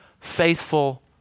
faithful